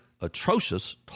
atrocious